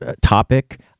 topic